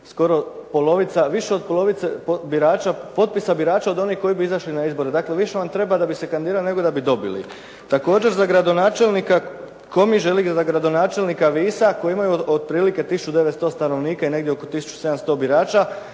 skoro polovica, više od polovice potpisa birača od onih koji bi izašli na izbore. Dakle više vam treba da bi se kandidirali, nego da bi dobili. Također za gradonačelnika Komiže ili za gradonačelnika Visa koji imaju otprilike 1900 stanovnika i negdje oko 1700 birača